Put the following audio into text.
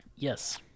yes